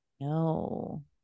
no